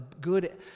good